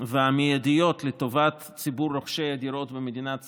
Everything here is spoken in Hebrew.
והמיידיות לטובת ציבור רוכשי הדירות במדינת ישראל,